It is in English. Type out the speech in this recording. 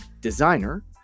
Designer